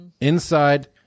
inside